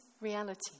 reality